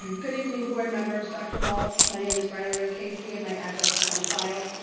and good evening board members, dr. waltz. my name is riley o'casey and my address is on file.